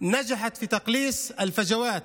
שהצליחה בצמצום הפערים,